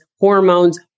hormones